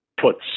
puts